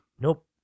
Nope